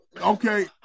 Okay